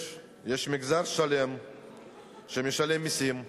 יש מגזר שלם שמשלם מסים,